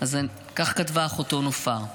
כך כתבה אחותו נופר.